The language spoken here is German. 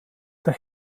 der